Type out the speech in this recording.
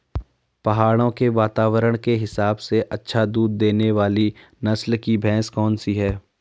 पहाड़ों के वातावरण के हिसाब से अच्छा दूध देने वाली नस्ल की भैंस कौन सी हैं?